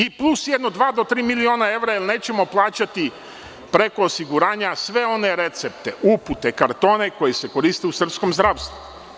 I plus jedno dva do tri miliona evra, jer nećemo plaćati preko osiguranja sve one recepte, upute, kartone, koji se koriste u srpskom zdravstvu.